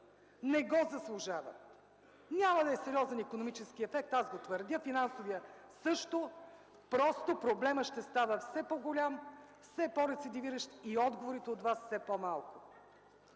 Не го заслужават! Нямаме сериозен икономически ефект, аз го твърдя, финансовият също, просто проблемът ще става все по-голям, все по-рецидивиращ и отговорите от Вас – все по-малко.